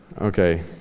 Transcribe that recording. Okay